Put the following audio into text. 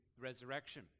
resurrection